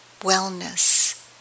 wellness